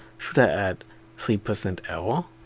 should i add three percent error?